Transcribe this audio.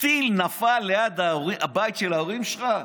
טיל נפל ליד הבית של ההורים שלך?